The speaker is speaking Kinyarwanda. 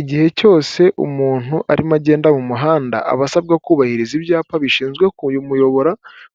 Igihe cyose umuntu arimo agenda mu muhanda aba asabwa kubahiriza ibyapa bishinzwe kumuyobora